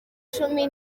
cumi